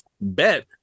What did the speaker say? bet